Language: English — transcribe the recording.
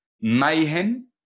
mayhem